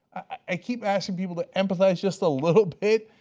i keep asking people to empathize just a little bit.